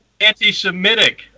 anti-Semitic